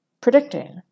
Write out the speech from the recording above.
predicting